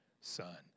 son